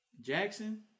Jackson